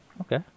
Okay